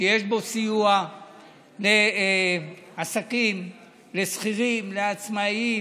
שיש בו סיוע לעסקים, לשכירים, לעצמאים,